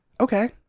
okay